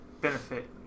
benefit